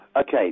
okay